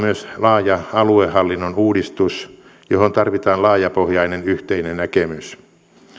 myös laaja aluehallinnon uudistus johon tarvitaan laajapohjainen yhteinen näkemys